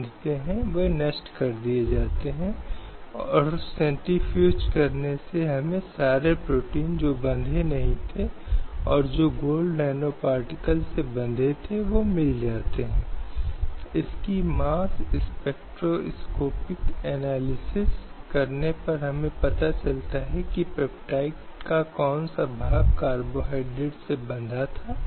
आंध्र प्रदेश सरकार द्वारा की गई राज्यों की सेवाओं में 30 की सीमा तक महिलाओं के लिए सीटों का आरक्षण समान रूप से वैध माना जाता था इसलिए यह मदद मिलती थी कि राज्य केवल महिलाओं के लिए शैक्षणिक संस्थान भी स्थापित कर सकते थे